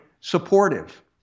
supportive